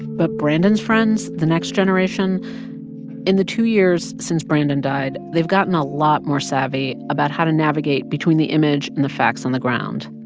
but brandon's friends the next generation in the two years since brandon died, they've gotten a lot more savvy about how to navigate between the image and the facts on the ground.